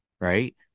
right